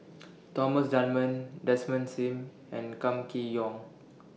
Thomas Dunman Desmond SIM and Kam Kee Yong